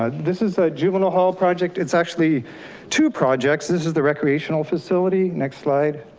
ah this is a juvenile hall project. it's actually two projects. this is the recreational facility. next slide.